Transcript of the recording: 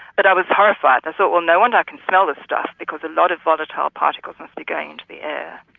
but i was horrified. i thought, well, no wonder i can smell this stuff because a lot of volatile particles must be going into the air.